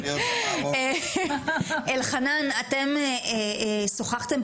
אלחנן, אתם שוחחתם?